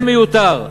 זה מיותר,